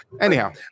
Anyhow